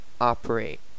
operate